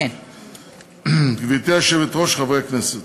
גברתי היושבת-ראש, חברי הכנסת,